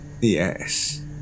Yes